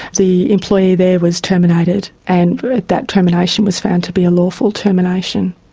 the employee there was terminated, and that termination was found to be a lawful termination.